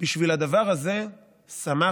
בשביל הדבר הזה שמחתי,